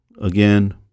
again